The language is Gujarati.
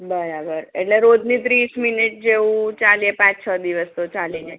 બરાબર એટલે રોજની ત્રીસ મિનિટ જેવુ ચાલે પાંચ છ દિવસ તો ચાલે